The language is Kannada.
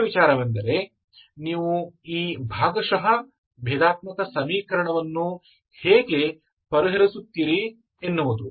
ಮುಖ್ಯ ವಿಚಾರವೆಂದರೆ ನೀವು ಈ ಭಾಗಶಃ ಭೇದಾತ್ಮಕ ಸಮೀಕರಣವನ್ನು ಹೇಗೆ ಪರಿಹರಿಸುತ್ತೀರಿ ಎನ್ನುವುದು